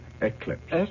Eclipse